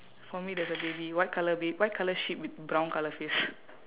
for me there's a baby white colour ba~ white colour sheep with brown colour face